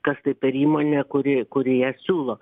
kas tai per įmonė kuri kuri ją siūlo